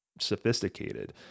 sophisticated